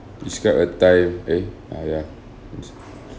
describe a time eh ah ya